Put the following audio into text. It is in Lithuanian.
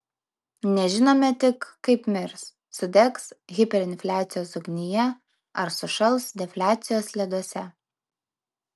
nežinome tik kaip mirs sudegs hiperinfliacijos ugnyje ar sušals defliacijos leduose